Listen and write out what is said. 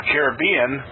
Caribbean